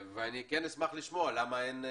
ואשמח לשמוע למה אין,